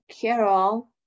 Carol